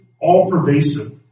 all-pervasive